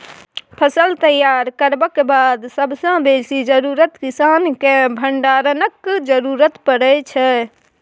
फसल तैयार करबाक बाद सबसँ बेसी जरुरत किसानकेँ भंडारणक जरुरत परै छै